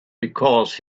because